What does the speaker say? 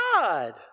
God